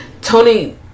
Tony